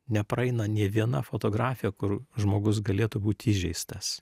nepraeina nė viena fotografija kur žmogus galėtų būti įžeistas